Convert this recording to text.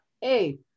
Hey